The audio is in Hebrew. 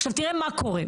עכשיו תראה מה קורה.